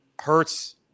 Hurts